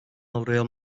avroya